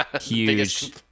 Huge